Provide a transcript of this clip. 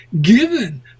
given